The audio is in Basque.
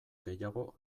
gehiago